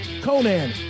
conan